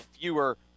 fewer